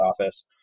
office